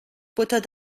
butter